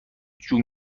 جون